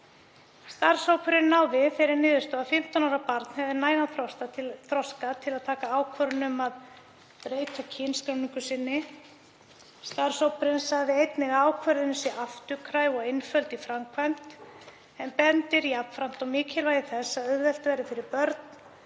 Starfshópurinn náði þeirri niðurstöðu að 15 ára barn hefði nægan þroska til að taka ákvörðun um að breyta kynskráningu sinni. Starfshópurinn sagði einnig að ákvörðunin væri afturkræf og einföld í framkvæmd en benti jafnframt á mikilvægi þess að auðvelt yrði fyrir börn